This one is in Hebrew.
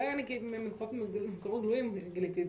את זה גיליתי ממקורות גלויים.